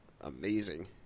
amazing